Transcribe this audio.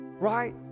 right